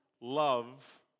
love